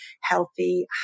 healthy